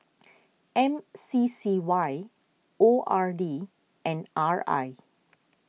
M C C Y O R D and R I